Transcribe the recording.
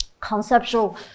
conceptual